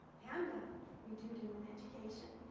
handout that we do do in education,